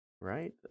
right